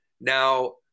Now